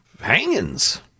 Hangings